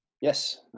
Yes